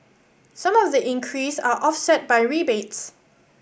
some of the increase are off set by rebates